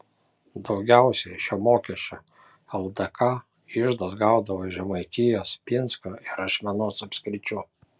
daugiausiai šio mokesčio ldk iždas gaudavo iš žemaitijos pinsko ir ašmenos apskričių